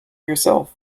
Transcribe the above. yourself